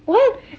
what